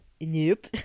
nope